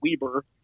Weber